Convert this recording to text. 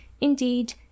indeed